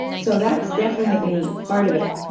so that's definitely part of it.